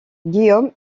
guillaume